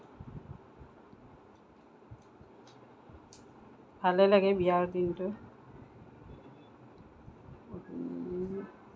ভালেই লাগে বিয়াৰ দিনটো